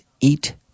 eat